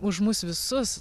už mus visus